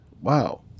Wow